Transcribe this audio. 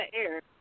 air